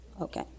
Okay